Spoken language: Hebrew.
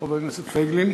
חבר הכנסת פייגלין?